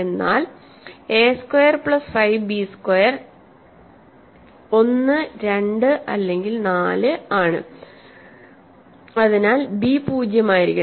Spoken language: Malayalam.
എന്നാൽ a square plus 5 b square 1 2 അല്ലെങ്കിൽ 4 ആണ് അതിനാൽ ബി 0 ആയിരിക്കണം